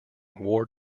war